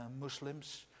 Muslims